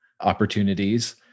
opportunities